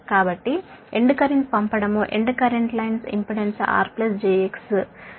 కాబట్టి sending end current receiving end current కు సమానం గా ఉంటుంది